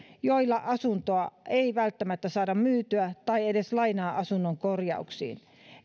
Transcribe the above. joilla asuntoa ei välttämättä saada myytyä tai edes lainaa asunnon korjauksiin